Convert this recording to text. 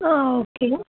ആ ഓക്കെ